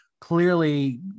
clearly